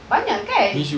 banyak kan